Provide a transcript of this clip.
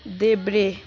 देब्रे